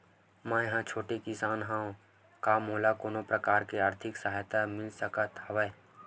मै ह छोटे किसान हंव का मोला कोनो प्रकार के आर्थिक सहायता मिल सकत हवय?